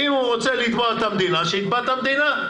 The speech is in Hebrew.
אם הוא רוצה לתבוע את המדינה, שיתבע את המדינה.